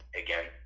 again